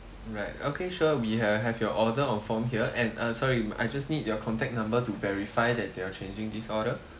right okay sure we uh have your order on form here and uh sorry I just need your contact number to verify that you are changing this order